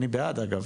אני בעד, אגב.